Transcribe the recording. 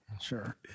Sure